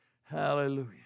hallelujah